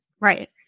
Right